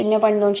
38 0